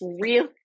real